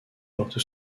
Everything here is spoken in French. portent